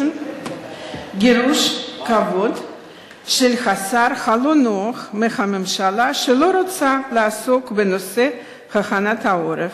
גירוש כבוד של השר הלא-נוח מהממשלה שלא רוצה לעסוק בנושא הכנת העורף,